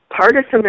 partisan